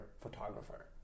photographer